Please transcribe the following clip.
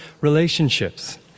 relationships